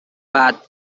but